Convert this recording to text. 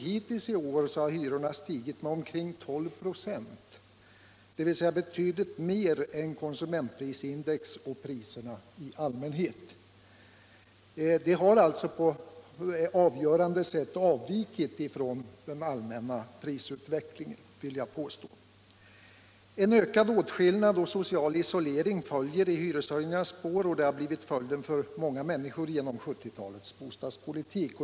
Hittills i år har hyrorna stigit med ca 12 94, dvs. betydligt mer än konsumentprisindex och priserna i allmänhet. Jag vill till skillnad från statsrådet påstå att hyresökningarna på ett avgörande sätt avvikit från den allmänna prisutvecklingen. En ökad åtskillnad mellan människor och social isolering följer i hyreshöjningarnas spår — och detta har också blivit följden för många människor genom 1970-talets bostadspolitik.